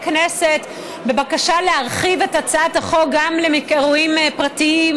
כנסת בבקשה להרחיב את הצעת החוק גם לאירועים פרטיים,